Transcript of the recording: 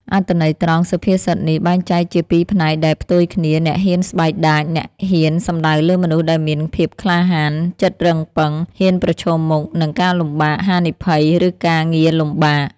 អត្ថន័យត្រង់សុភាសិតនេះបែងចែកជាពីរផ្នែកដែលផ្ទុយគ្នាអ្នកហ៊ានស្បែកដាច អ្នកហ៊ាន សំដៅលើមនុស្សដែលមាន ភាពក្លាហាន ចិត្តរឹងប៉ឹង ហ៊ានប្រឈមមុខ នឹងការលំបាក ហានិភ័យ ឬការងារលំបាក។